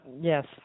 Yes